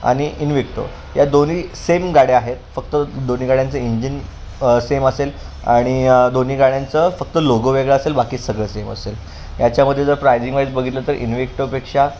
आणि इनवेक्टो या दोन्ही सेम गाड्या आहेत फक्त दोन्ही गाड्यांचं इंजिन सेम असेल आणि दोन्ही गाड्यांचं फक्त लोगो वेगळं असेल बाकी सगळं सेम असेल याच्यामध्ये जर प्रायझिंग वाईज बघितलं तर इनवेक्टोपेक्षा